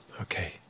okay